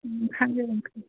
फानदों